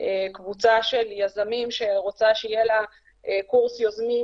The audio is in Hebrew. מתארגנת קבוצה של יזמים שרוצה שיהיה לה קורס יוזמים,